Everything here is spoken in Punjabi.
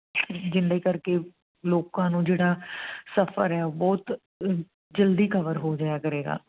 ਜਿਹਦੇ ਕਰਕੇ ਲੋਕਾਂ ਨੂੰ ਜਿਹੜਾ ਸਫਰ ਹੈ ਬਹੁਤ ਜਲਦੀ ਕਵਰ ਹੋ ਜਾਇਆ ਕਰੇਗਾ